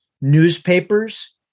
newspapers